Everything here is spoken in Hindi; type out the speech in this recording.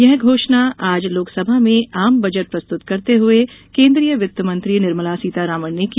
यह घोषणा आज लोकसभा में आम बजट प्रस्तुत करते हुए केन्द्रीय वित्त मंत्री निर्मला सीतारमण ने की